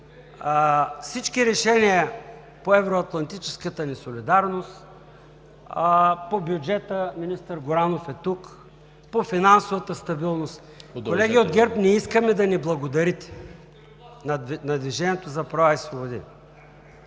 всички решения по евроатлантическата ни солидарност, по бюджета – министър Горанов е тук – по финансовата стабилност. Колеги от ГЕРБ, не искаме да благодарите на „Движението за права и свободи“.